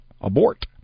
abort